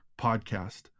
podcast